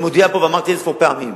ואני מודיע פה, ואמרתי אין-ספור פעמים: